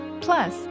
Plus